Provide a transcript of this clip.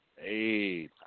Hey